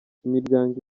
imiryango